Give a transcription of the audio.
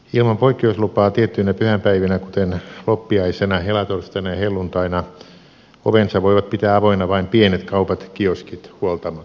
ilman poikkeuslupaa tiettyinä pyhäpäivinä kuten loppiaisena helatorstaina ja helluntaina ovensa voivat pitää avoinna vain pienet kaupat kioskit huoltamot